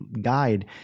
guide